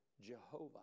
Jehovah